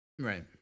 right